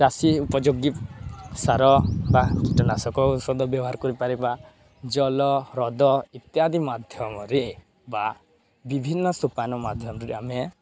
ଚାଷୀ ଉପଯୋଗୀ ସାର ବା କୀଟନାଶକ ଔଷଧ ବ୍ୟବହାର କରିପାରିବା ଜଳ ହ୍ରଦ ଇତ୍ୟାଦି ମାଧ୍ୟମରେ ବା ବିଭିନ୍ନ ସୋପାନ ମାଧ୍ୟମରେ ଆମେ